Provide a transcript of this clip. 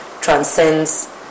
transcends